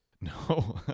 No